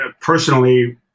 personally